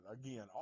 again